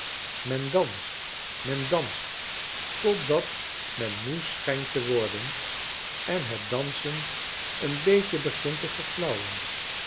men danst men danst totdat men moe schijnt te worden en net dansen een beetje begint te